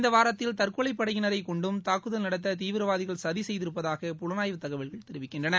இந்த வாரத்தில் தற்கொலை பளடயினரை கொண்டும் தாக்குதல் நடத்த தீவிரவாதிகள் சதி செய்திருப்பதாக புலனாய்வு தகவல்கள் தெரிவிக்கின்றன